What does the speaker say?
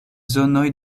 zonoj